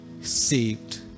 saved